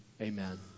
Amen